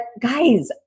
guys